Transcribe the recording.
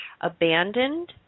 abandoned